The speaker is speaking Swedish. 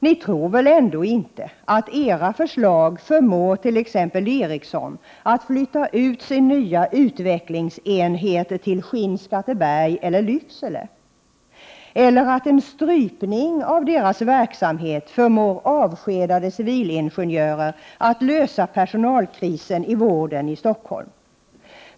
Ni tror väl ändå inte att era förslag förmår t.ex. Ericsson att flytta ut sin nya utvecklingsenhet till Skinnskatteberg eller Lycksele, eller att en strypning av deras verksamhet förmår avskedade civilingenjörer att lösa personalkrisen i vården i Stockholm?